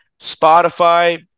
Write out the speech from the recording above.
Spotify